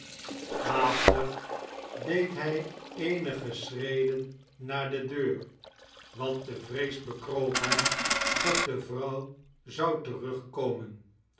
haastig deed hij eenige schreden naar de deur want de vrees bekroop hem dat de vrouw zou terugkomen